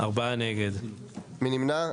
מי נמנע?